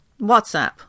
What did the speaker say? WhatsApp